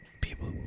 people